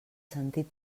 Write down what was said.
sentit